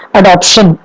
adoption